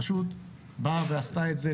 פשוט באה ועשתה את זה.